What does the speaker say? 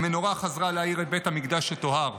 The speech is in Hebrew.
המנורה חזרה להאיר את בית המקדש שטוהר.